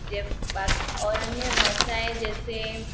जय और अन्य भासाएँ जैसे